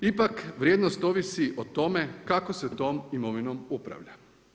Ipak, vrijednost ovisi o tome ako se tom imovinom upravlja.